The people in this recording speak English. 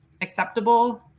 acceptable